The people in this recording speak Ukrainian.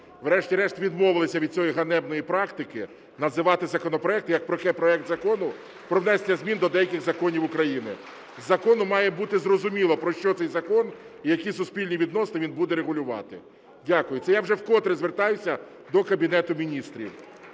врешті-решт відмовилися від цієї ганебної практики називати законопроекти як проект Закону про внесення змін до деяких законів України. З закону має бути зрозуміло, про що цей закон і які суспільні відносини він буде регулювати. Дякую. Це я вже вкотре звертаюся до Кабінету Міністрів.